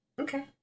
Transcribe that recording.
Okay